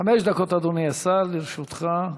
חמש דקות, אדוני השר, לרשותך.